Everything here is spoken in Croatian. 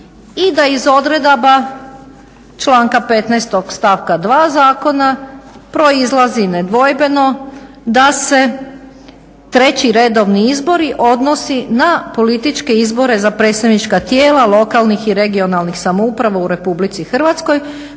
i da iz odredaba članka 15. stavka 2. Zakona proizlazi nedvojbeno da se treći redovni izbori odnosi na političke izbore za predstavnička tijela lokalnih i regionalnih samouprava u Republici Hrvatskoj